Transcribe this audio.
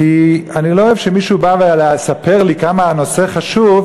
כי אני לא אוהב שמישהו בא לספר לי כמה הנושא חשוב,